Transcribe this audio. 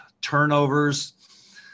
turnovers